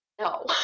no